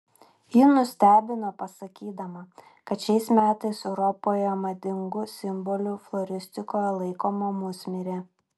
ji nustebino pasakydama kad šiais metais europoje madingu simboliu floristikoje laikoma musmirė